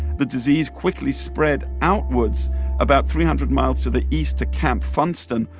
the disease quickly spread outwards about three hundred miles to the east to camp funston,